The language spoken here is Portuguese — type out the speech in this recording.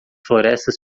florestas